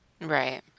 Right